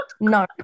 No